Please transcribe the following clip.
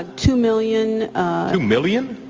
ah two million. two million?